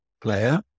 player